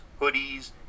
hoodies